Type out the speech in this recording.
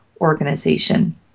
organization